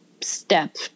step